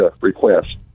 request